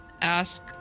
ask